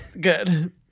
good